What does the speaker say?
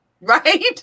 Right